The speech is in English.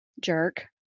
Jerk